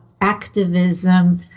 activism